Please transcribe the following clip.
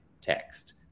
text